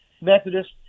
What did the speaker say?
Methodist